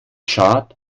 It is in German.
schad